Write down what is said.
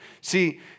See